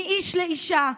מאיש לאישה,